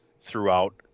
throughout